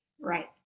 Right